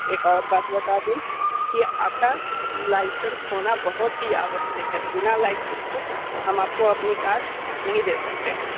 एक और बात बता दूँ कि आपका लाइसेंस होना बहुत ही आवश्यक है बिना लाइसेंस के हम आपको अपनी कार नहीं दे सकते हैं